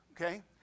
okay